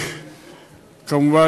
כמובן,